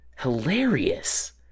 Hilarious